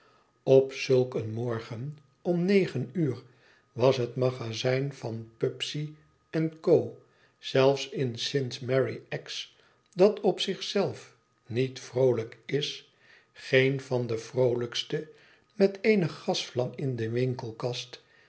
op zulk een morgen om negen uur was het magazijn van pupsey en co zelfs in saint mary axe dat op zich zelf niet vroolijk is geen van de vroolijkste met eene gasvlam in de winkelkast